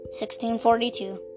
1642